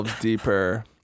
deeper